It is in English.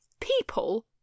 people